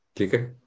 Okay